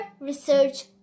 Research